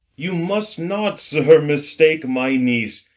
you must not, sir, mistake my niece.